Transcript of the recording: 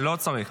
לא צריך.